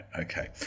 okay